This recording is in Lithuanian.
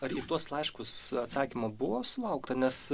ar į tuos laiškus atsakymo buvo sulaukta nes